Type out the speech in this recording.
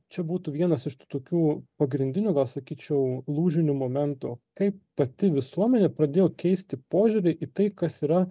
čia būtų vienas iš tų tokių pagrindinių gal sakyčiau lūžinių momentų kaip pati visuomenė pradėjo keisti požiūrį į tai kas yra